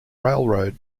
railroad